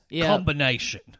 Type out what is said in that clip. combination